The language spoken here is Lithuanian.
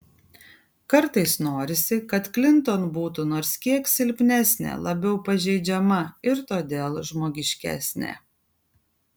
kartais norisi kad klinton būtų nors kiek silpnesnė labiau pažeidžiama ir todėl žmogiškesnė